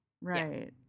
right